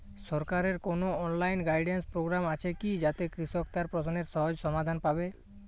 সরকারের কোনো online guidance programme আছে কি যাতে কৃষক তার প্রশ্নের সহজ সমাধান পাবে?